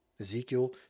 Ezekiel